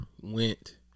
went